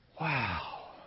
Wow